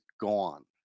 gone